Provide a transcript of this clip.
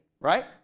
right